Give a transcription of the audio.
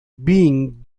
being